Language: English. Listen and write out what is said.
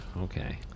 okay